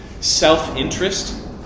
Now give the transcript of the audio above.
self-interest